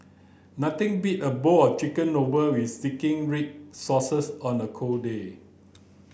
nothing beat a bowl of chicken novel with zingy red sauces on a cold day